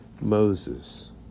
Moses